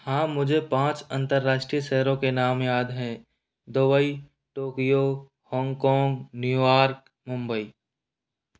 हाँ मुझे पाँच अन्तर्राष्ट्रीय शहरों के नाम याद है Dubai Tokyo Hong Kong New York Mumbai